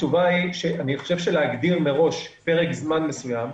התשובה היא שאני חושב שלהגדיר מראש פרק זמן מסוים כשאנחנו,